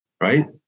right